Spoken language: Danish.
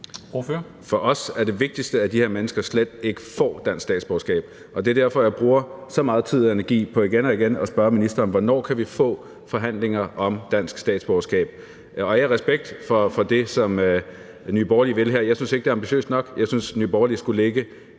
For os er det vigtigste, at de her mennesker slet ikke får dansk statsborgerskab, og det er derfor, jeg bruger så meget tid og energi på igen og igen at spørge ministeren, hvornår vi kan få forhandlinger om dansk statsborgerskab. Og med al ære og respekt for det, som Nye Borgerlige vil, synes jeg ikke, at det er ambitiøst nok. Jeg synes, Nye Borgerlige skulle lægge